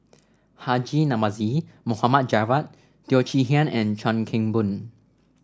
Haji Namazie Mohd Javad Teo Chee Hean and Chuan Keng Boon